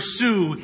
pursue